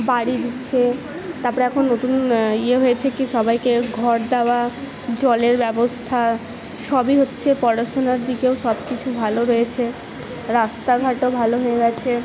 বাড়ি দিচ্ছে তারপরে এখন নতুন ইয়ে হয়েছে কি সবাইকে ঘর দেওয়া জলের ব্যবস্থা সবই হচ্ছে পড়াশোনার দিকেও সবকিছু ভালো রয়েছে রাস্তাঘাটও ভালো হয়ে গেছে